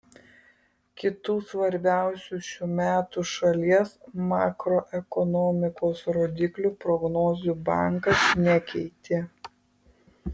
kitų svarbiausių šių metų šalies makroekonomikos rodiklių prognozių bankas nekeitė